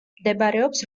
მდებარეობს